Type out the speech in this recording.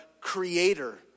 creator